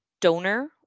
donor